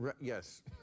Yes